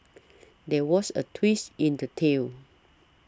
there was a twist in the tale